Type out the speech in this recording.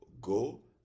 go